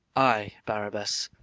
ay, barabas,